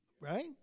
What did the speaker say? Right